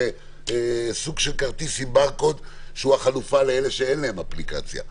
לקבל כרטיס שהוא החלופה לאפליקציה.